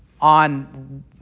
on